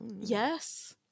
Yes